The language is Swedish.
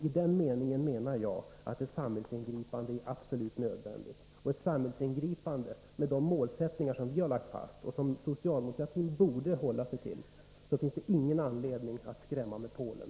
I den meningen anser jag att ett samhällsingripande är absolut nödvändigt, ett samhällsingripande med de målsättningar som vi har lagt fast och som socialdemokratin borde hålla sig till. Då finns det ingen anledning att skrämma med Polen.